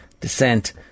descent